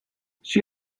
she